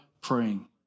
praying